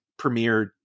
premiered